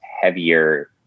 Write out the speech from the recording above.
heavier